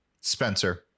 Spencer